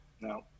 No